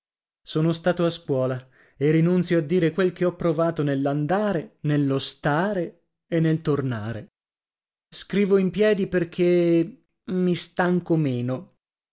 sono stato a scuola e rinunzio a dire quel che ho provato nell'andare nello stare e nel tornare scrivo in piedi perché mi stanco meno